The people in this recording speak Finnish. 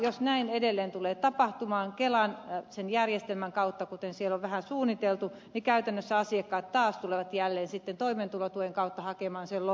jos näin edelleen tulee tapahtumaan kelan järjestelmän kautta kuten siellä on vähän suunniteltu niin käytännössä asiakkaat taas tulevat jälleen toimeentulotuen kautta hakemaan sen loppuosan